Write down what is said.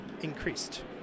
increased